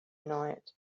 night